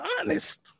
honest